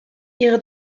ihre